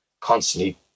constantly